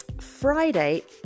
Friday